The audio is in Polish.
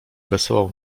wesołą